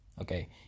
Okay